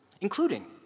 including